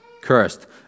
cursed